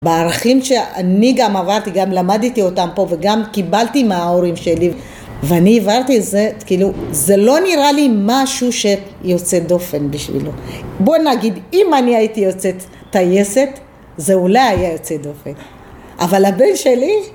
בערכים שאני גם עברתי, גם למדתי אותם פה, וגם קיבלתי מההורים שלי ואני העברתי את זה, כאילו, זה לא נראה לי משהו שיוצא דופן בשבילו. בוא נגיד, אם אני הייתי יוצאת טייסת, זה אולי היה יוצא דופן. אבל הבן שלי